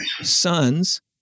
sons